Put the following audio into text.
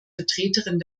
vertreterin